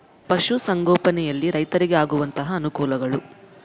ಪಶುಸಂಗೋಪನೆಯಲ್ಲಿ ರೈತರಿಗೆ ಆಗುವಂತಹ ಅನುಕೂಲಗಳು?